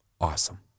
awesome